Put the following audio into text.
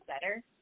better